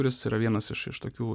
kuris yra vienas iš iš tokių